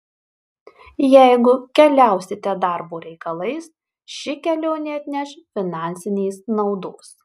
jeigu keliausite darbo reikalais ši kelionė atneš finansinės naudos